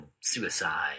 suicide